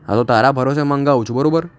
હા તો તારા ભરોસે મંગાવું છું બરાબર